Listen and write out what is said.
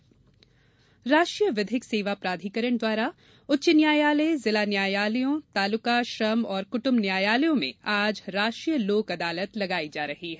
national लोक अदालत राष्ट्रीय विधिक सेवा प्राधिकरण द्वारा उच्च न्यायालय जिला न्यायालयों तालुका श्रम और कृट्म्ब न्यायालयों में आज प्रदेश भर में राष्ट्रीय लोक अदालत लगाई जा रही है